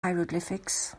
hieroglyphics